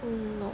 mm no